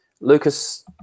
Lucas